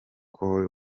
cole